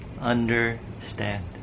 understand